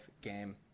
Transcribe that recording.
game